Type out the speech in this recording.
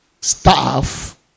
staff